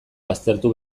baztertu